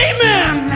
Amen